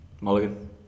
Mulligan